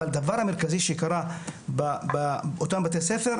אבל הדבר המרכזי שקרה באותם בתי ספר,